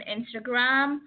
Instagram